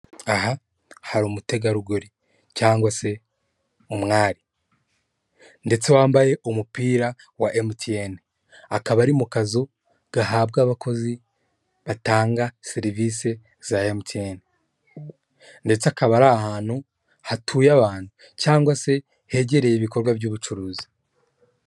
Aha hari umutegarugori cyangwa se umwari ndetse wambaye umupira wa emutiyeni akaba ari mu kazu gahabwa abakozi batanga serivisi za emutiyeni ndetse akaba ari ahantu hatuye abantu cyangwa se hegereye ibikorwa by'ubucuruzi.